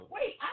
Wait